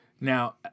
Now